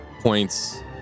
points